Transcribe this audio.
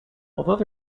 although